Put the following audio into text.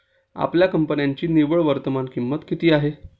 आपल्या कंपन्यांची निव्वळ वर्तमान किंमत किती आहे?